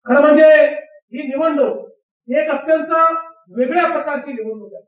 खरं म्हणजे ही निवडणूक एक अत्यंत वेगळ्या प्रकारची निवडणूक आहे